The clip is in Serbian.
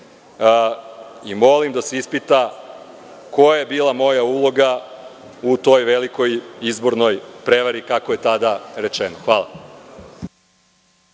i molim da se ispita koja je bila moja uloga u toj velikoj izbornoj prevari, kako je tada rečeno. Hvala.